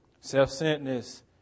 Self-centeredness